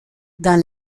dans